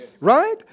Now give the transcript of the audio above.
right